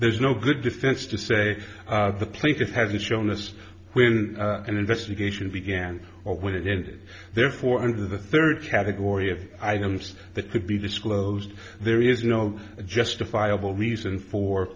there's no good defense to say the plaintiff hasn't shown us when an investigation began or when it ended therefore under the third category of items that could be disclosed there is no justifiable reason for